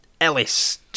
Ellis